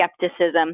skepticism